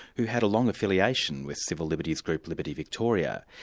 who had a long affiliation with civil liberties group, liberty victoria.